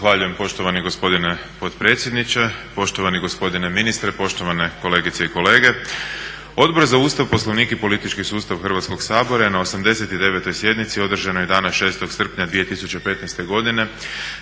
Zahvaljujem poštovani gospodine potpredsjedniče. Poštovani gospodine ministre, poštovane kolegice i kolege. Odbor za Ustav, Poslovnik i politički sustav Hrvatskog sabora na 89.sjednici održanoj dana 6.srpnja 2015.godine